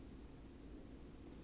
这样久 meh